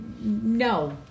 no